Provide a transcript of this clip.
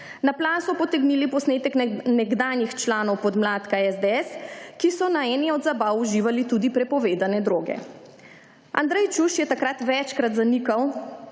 Na plan so potegnili posnetek nekdanjih članov podmladka SDS, ki so na eni od zabav uživali tudi prepovedane droge. Andrej Čuš je takrat večkrat zanikal,